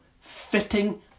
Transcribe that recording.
fitting